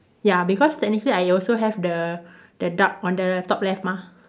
ya because technically I also have the the duck on the top left mah